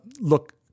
Look